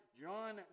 John